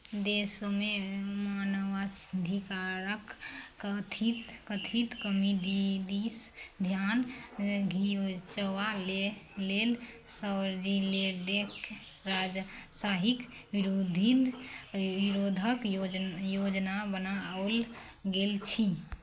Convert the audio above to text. देशमे मानवाधिकारके कथित कथित कमी दि दिस धिआन घिचबा ले लेल स्विटजरलैण्डके राजशाहीके विरुद्ध विरोधके योजन योजना बनाओल गेल छी